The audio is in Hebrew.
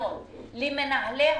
הפנימיות למנהלי הסניפים,